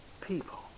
people